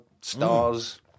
stars